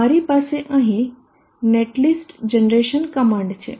મારી પાસે અહીં નેટલિસ્ટ જનરેશન કમાન્ડ છે